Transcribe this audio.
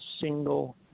single